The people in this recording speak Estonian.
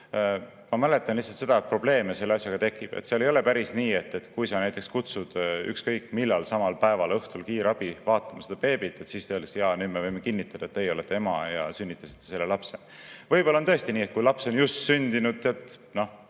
Ma mäletan lihtsalt seda, et probleeme selle asjaga tekib. Seal ei ole päris nii, et kui sa näiteks kutsud ükskõik millal samal päeval, õhtul kiirabi vaatama seda beebit, siis öeldakse: jaa, nüüd me võime kinnitada, et teie olete ema ja sünnitasite selle lapse. Võib-olla on tõesti nii, et kui laps on just sündinud – noh,